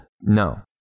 No